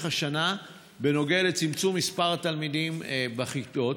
השנה בנוגע לצמצום מספר התלמידים בכיתות.